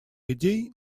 идей